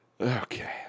Okay